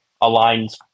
aligned